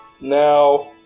Now